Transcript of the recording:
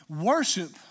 Worship